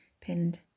Pinned